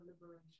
liberation